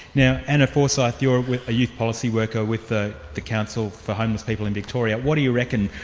now, anna forsyth, you're a youth policy worker with the the council for homeless people in victoria what do you reckon?